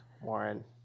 Warren